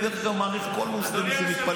דרך אגב, אני מעריך כל מוסלמי שמתפלל.